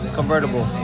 Convertible